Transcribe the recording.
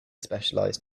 specialized